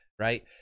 Right